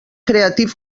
creative